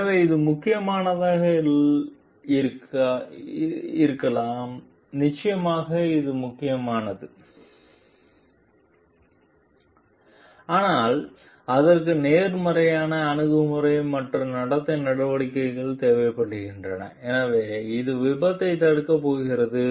எனவே இது முக்கியமானதாக இருக்கலாம் நிச்சயமாக இது முக்கியமானது ஆனால் அதற்கு நேர்மறையான அணுகுமுறை மற்றும் நடத்தை நடவடிக்கை தேவைப்படுகிறது எனவே இது விபத்தைத் தடுக்கப் போகிறது